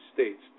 States